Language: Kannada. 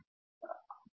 ದೀಪಾ ವೆಂಕಟೇಶ್ ಸರಿ